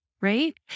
right